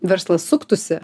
verslas suktųsi